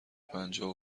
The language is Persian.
پنجاه